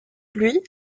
lui